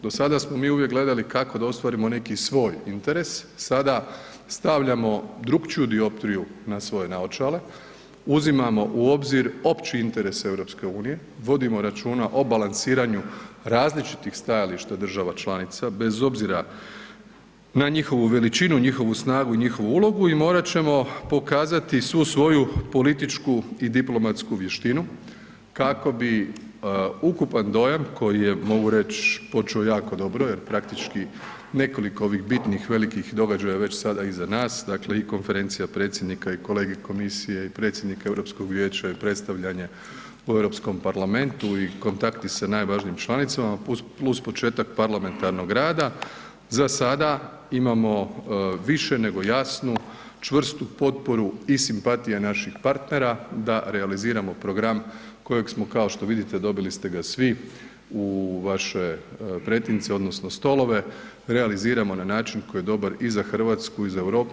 Do sada smo mi uvijek gledali kako da ostvarimo neki svoj interes, sada stavljamo drukčiju dioptriju na svoje naočale, uzimamo u obzir opći interes EU, vodimo računa o balansiranju različitih stajališta država članica, bez obzira na njihovu veličinu, njihovu snagu i njihovu ulogu i morat ćemo pokazati svu svoju političku i diplomatsku vještinu kako bi ukupan dojam koji je mogu reć počeo jako dobro jer praktički nekoliko ovih bitnih velikih događaja već sada iza nas, dakle i konferencija predsjednika i kolegij komisije i predsjednika Europskog vijeća i predstavljanje u Europskom parlamentu i kontakti sa najvažnijim članicama plus početak parlamentarnog rada, za sada imamo više nego jasnu, čvrstu potporu i simpatija naših partnera da realiziramo program kojeg smo kao što vidite, dobili ste ga svi u vaše pretince odnosno stolove, realiziramo na način koji je dobar i za Hrvatsku i za Europu.